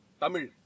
Tamil